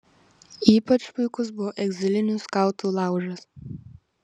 ypač puikus buvo egzilinių skautų laužas